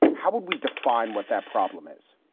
how would we define what that problem is?